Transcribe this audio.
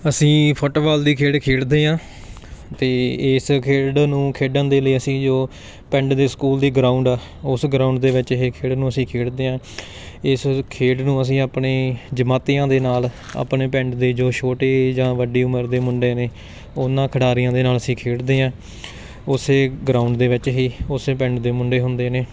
ਅਸੀਂ ਫੁੱਟਬਾਲ ਦੀ ਖੇਡ ਖੇਡਦੇ ਹਾਂ ਅਤੇ ਇਸ ਖੇਡ ਨੂੰ ਖੇਡਣ ਦੇ ਲਈ ਅਸੀਂ ਜੋ ਪਿੰਡ ਦੇ ਸਕੂਲ ਦੀ ਗਰਾਊਂਡ ਹੈ ਓਸ ਗਰਾਊਂਡ ਦੇ ਵਿੱਚ ਇਹ ਖੇਡ ਨੂੰ ਅਸੀਂ ਖੇਡਦੇ ਹਾਂ ਇਸ ਖੇਡ ਨੂੰ ਅਸੀਂ ਆਪਣੀ ਜਮਾਤੀਆਂ ਦੇ ਨਾਲ ਆਪਣੇ ਪਿੰਡ ਦੇ ਜੋ ਛੋਟੇ ਜਾਂ ਵੱਡੀ ਉਮਰ ਦੇ ਮੁੰਡੇ ਨੇ ਓਹਨਾਂ ਖਿਡਾਰੀਆਂ ਦੇ ਨਾਲ ਅਸੀਂ ਖੇਡਦੇ ਹਾਂ ਓਸੇ ਗਰਾਊਂਡ ਦੇ ਵਿੱਚ ਹੀ ਓਸੇ ਪਿੰਡ ਦੇ ਮੁੰਡੇ ਹੁੰਦੇ ਨੇ